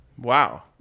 Wow